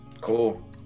cool